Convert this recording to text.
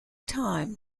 time